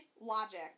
logic